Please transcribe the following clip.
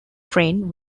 train